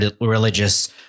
religious